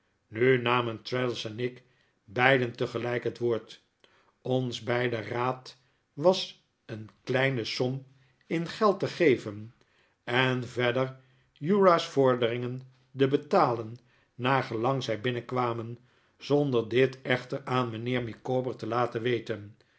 nu namen traddles en ik beiden tegelijk het woord ons beider raad was een kleine som in geld te geven en verder uriah's vorderingen te betalen naar gelang zij binnenkwamen zonder dit echter aan mijnheer micawber te laten weten